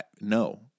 no